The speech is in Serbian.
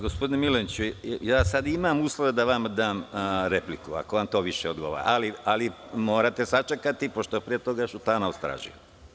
Gospodine Mileniću ja sada imam uslova da vama dam repliku, ako vam to više odgovara, ali morate sačekati pošto je pre toga Šutanovac tražio.